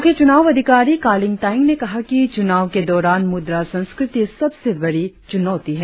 मुख्य चूनाव अधिकारी कालिंग तायेंग ने कहा कि चूनाव के दौरान मुद्रा संस्कृति सबसे खड़ी चूनौती है